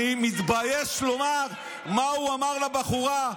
אני מתבייש לומר מה הוא אמר לבחורה,